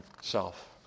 self